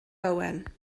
owen